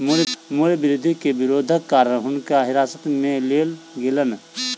मूल्य वृद्धि के विरोधक कारण हुनका हिरासत में लेल गेलैन